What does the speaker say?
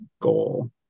goal